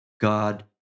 God